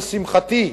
לשמחתי,